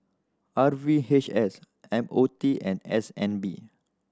R V H S M O T and S N B